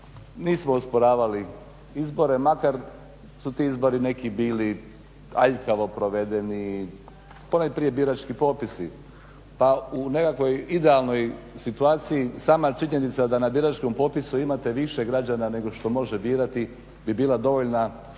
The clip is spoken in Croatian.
nismo osporavali izbore makar su ti izbori neki bili aljkavo provedeni, ponajprije birački popisi. Pa u nekakvoj idealnoj situaciji sama činjenica da na biračkom popisu imate više građana nego što može birati bi bila dovoljna za